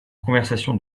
conversation